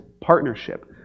partnership